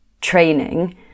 training